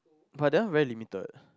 but that one very limited